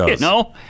No